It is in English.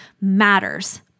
matters